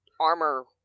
armor